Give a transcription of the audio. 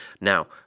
now